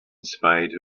spite